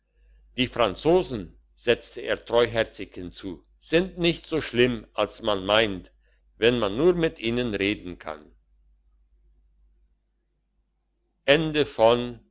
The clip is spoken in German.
die franzosen setzte er treuherzig hinzu sind nicht so schlimm als man meint wenn man nur mit ihnen reden kann